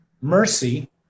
Mercy